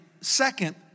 second